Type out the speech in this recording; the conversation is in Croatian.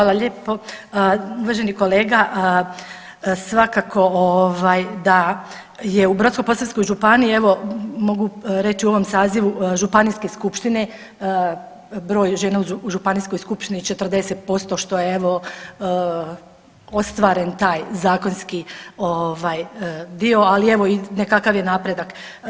Hvala lijepo uvaženi kolega, svakako ovaj da je u Brodsko-posavskoj županiji evo mogu reći u ovom sazivu županijske skupštine broj žena u županijskoj skupštini 40% što je evo ostvaren taj zakonski ovaj dio, ali evo i nekakav je napredak.